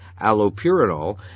allopurinol